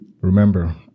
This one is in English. Remember